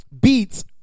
beats